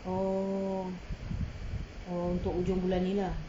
oh oh untuk hujung bulan ni lah